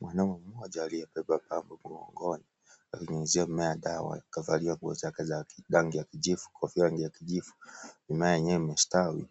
Mwanaume mmoja aliye beba pampu kwa mgongo akinyunyuzia mimea dawa kavalia nguo zake za rangi ya kijivu, kofia ni ya kijivu mimea yenyewe imesitawi,